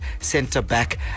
centre-back